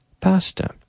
pasta